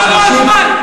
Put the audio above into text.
נגמר לו הזמן.